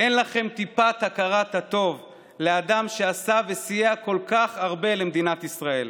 אין לכם טיפת הכרת הטוב לאדם שעשה וסייע כל כך הרבה למדינת ישראל.